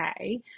okay